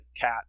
Cat